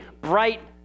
bright